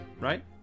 right